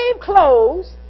clothes